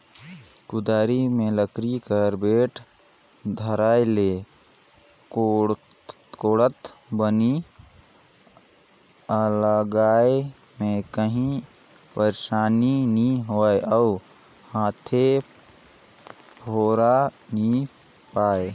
कुदारी मे लकरी कर बेठ धराए ले कोड़त घनी अलगाए मे काही पइरसानी नी होए अउ हाथे फोरा नी परे